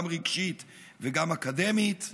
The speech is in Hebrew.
גם רגשית וגם אקדמית,